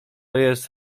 jest